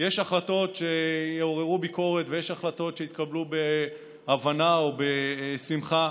יש החלטות שיעוררו ביקורת ויש החלטות שיתקבלו בהבנה או בשמחה.